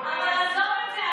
אבל עזוב את זה.